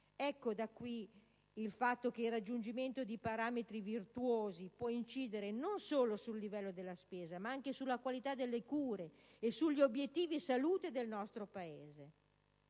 Da ciò emerge che il raggiungimento di parametri virtuosi può incidere non solo sul livello della spesa, ma anche sulla qualità delle cura e sugli obiettivi salute del nostro Paese.